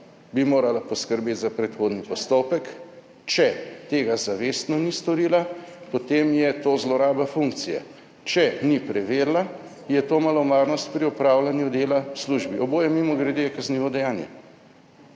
bi morala poskrbeti za predhodni postopek, če tega zavestno ni storila, potem je to zloraba funkcije. Če ni preverila, je to malomarnost pri opravljanju dela v službi. Oboje, mimogrede, je kaznivo dejanje.